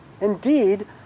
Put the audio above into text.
Indeed